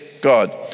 God